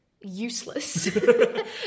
useless